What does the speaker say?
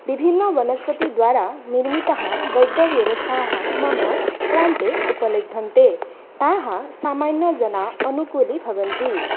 विभिन्नवनस्पतिद्वारा निर्मिताः वैद्यव्यवस्थाः मम प्रान्ते उपलभ्यन्ते ताः सामान्यजनाः अनुकूलीभवन्ति